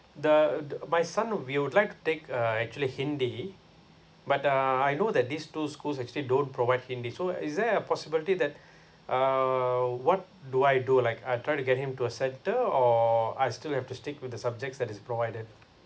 the the my son he would like to take uh actually hindi but uh I know that these two schools actually don't provide hindi so is there a possibility that uh what do I do like I try to get him to a centre or I still have to stick with the subjects that is provided